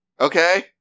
okay